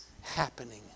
happening